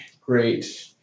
Great